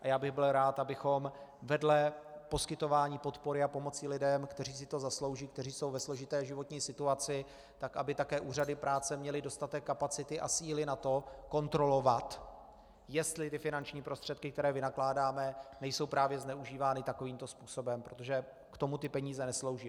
Já bych byl rád, abychom vedle poskytování podpory a pomoci lidem, kteří si to zaslouží, kteří jsou ve složité životní situaci, tak aby také úřady práce měly dostatek kapacity a síly na to kontrolovat, jestli finanční prostředky, které vynakládáme, nejsou právě zneužívány takovýmto způsobem, protože k tomu ty peníze neslouží.